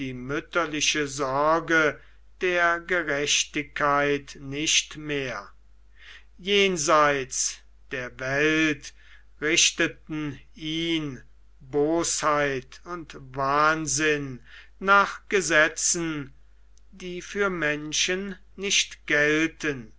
mütterliche sorge der gerechtigkeit nicht mehr jenseits der welt richteten ihn bosheit und wahnsinn nach gesetzen die für menschen nicht gelten